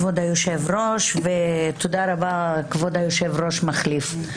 כבוד היושב-ראש ותודה רבה גם לכבוד יושב-הראש המחליף.